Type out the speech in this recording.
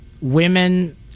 women